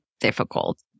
Difficult